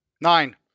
Nine